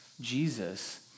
Jesus